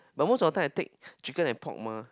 but most of times I take chicken and pork mah